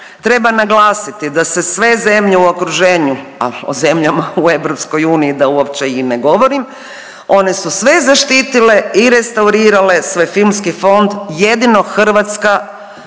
Treba naglasiti da se sve zemlje u okruženju, a o zemljama u EU da uopće i ne govorim. One su sve zaštitile i restaurirale svoj filmski fond, jedino Hrvatska